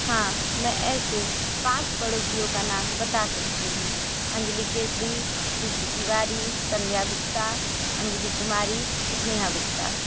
हाँ मैं ऐसे पाँच पड़ोसियों का नाम बता सकती हूँ अंजली केसरी रितु तिवारी संध्या गुप्ता अंजली कुमारी स्नेहा गुप्ता